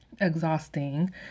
exhausting